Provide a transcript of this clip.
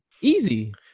Easy